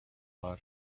aro